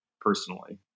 personally